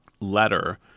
letter